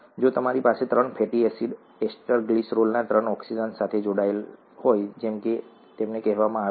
જો તમારી પાસે ત્રણ ફેટી એસિડ્સ એસ્ટર ગ્લિસરોલના ત્રણ ઓક્સિજન સાથે જોડાયેલા હોય જેમ કે તેમને કહેવામાં આવે છે